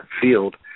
field